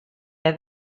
què